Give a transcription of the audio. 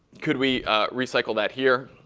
could we recycle that here?